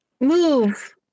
move